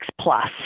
Plus